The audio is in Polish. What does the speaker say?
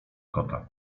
kota